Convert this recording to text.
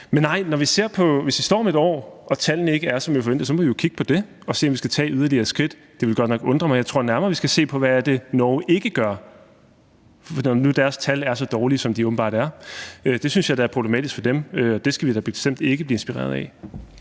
Men hvis vi står her om et år og tallene ikke er, som vi forventer, så må vi jo kigge på det og se, om vi skal tage yderligere skridt. Det vil godt nok undre mig. Jeg tror nærmere, vi skal se på, hvad det er, Norge ikke gør, når nu deres tal er så dårlige, som de åbenbart er. Det synes jeg da er problematisk for dem, og det skal vi bestemt ikke blive inspireret af.